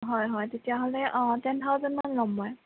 হয় হয় তেতিয়াহ'লে টেন থাউজেণ্ডমান ল'ম মই